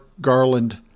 Garland